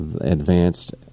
advanced